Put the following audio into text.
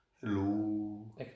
Hello